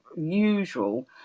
usual